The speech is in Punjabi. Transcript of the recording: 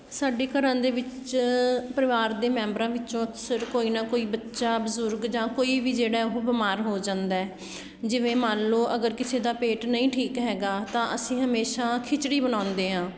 ਸਾਡੇ ਘਰਾਂ ਦੇ ਵਿੱਚ ਪਰਿਵਾਰ ਦੇ ਮੈਂਬਰਾਂ ਵਿੱਚੋਂ ਅਕਸਰ ਕੋਈ ਨਾ ਕੋਈ ਬੱਚਾ ਬਜ਼ੁਰਗ ਜਾਂ ਕੋਈ ਵੀ ਜਿਹੜਾ ਉਹ ਬਿਮਾਰ ਹੋ ਜਾਂਦਾ ਜਿਵੇਂ ਮੰਨ ਲਉ ਅਗਰ ਕਿਸੇ ਦਾ ਪੇਟ ਨਹੀਂ ਠੀਕ ਹੈਗਾ ਤਾਂ ਅਸੀਂ ਹਮੇਸ਼ਾ ਖਿਚੜੀ ਬਣਾਉਂਦੇ ਹਾਂ